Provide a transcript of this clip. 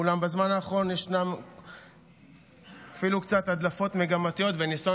אולם בזמן האחרון יש אפילו קצת הדלפות מגמתיות וניסיון